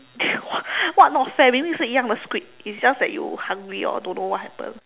what what not fair really 是一样 the squid it's just that you hungry or don't know what happened